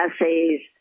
essays